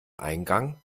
eingang